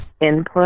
input